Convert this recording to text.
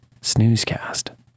snoozecast